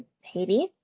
Haiti